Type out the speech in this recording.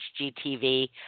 HGTV